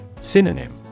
Synonym